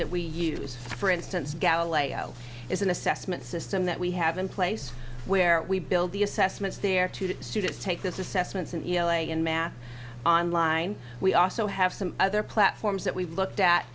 that we use for instance galileo is an assessment system that we have in place where we build the assessments there to the students take this assessment and l a and math on line we also have some other platforms that we've looked at